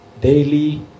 daily